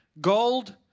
Gold